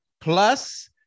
plus